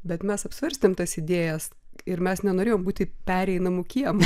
bet mes apsvarstėm tas idėjas ir mes nenorėjom būti pereinamu kiemu